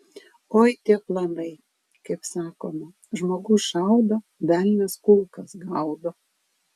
oi tie planai kaip sakoma žmogus šaudo velnias kulkas gaudo